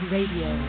Radio